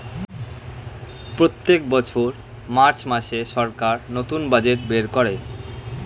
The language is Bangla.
প্রত্যেক বছর মার্চ মাসে সরকার নতুন বাজেট বের করে